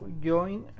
join